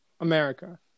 America